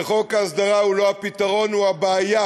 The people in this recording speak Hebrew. וחוק ההסדרה הוא לא הפתרון, הוא הבעיה.